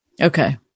Okay